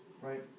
right